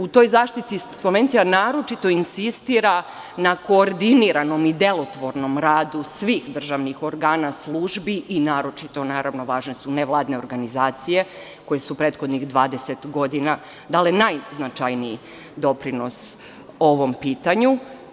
U toj zaštiti Konvencija naročito insistira na koordiniranom i delotvornom radu svih državnih organa službi, a naročito su važne, naravno, nevladine organizacije koje su prethodnih 20 godina dale najznačajniji doprinos ovom pitanju.